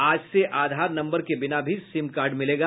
आज से आधार नम्बर के बिना भी सिम कार्ड मिलेगा